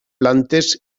plantes